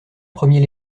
premiers